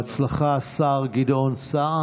(חותם על ההצהרה) בהצלחה, השר גדעון סער.